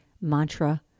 mantra